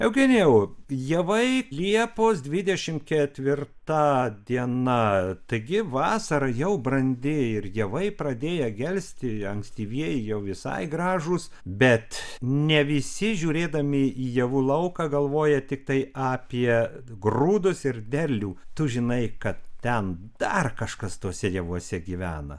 eugenijau javai liepos dvidešimt ketvirta diena taigi vasara jau brandi ir javai pradėję gelsti ankstyvieji jau visai gražūs bet ne visi žiūrėdami į javų lauką galvoja tiktai apie grūdus ir derlių tu žinai kad ten dar kažkas tuose javuose gyvena